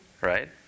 Right